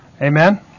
Amen